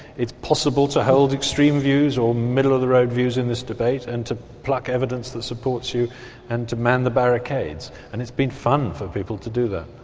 it's possible to hold extreme views or middle-of-the-road views in this debate, and to pluck evidence that supports you and to man the barricades, and it's been fun for people to do that.